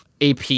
AP